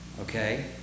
Okay